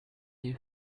you